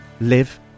live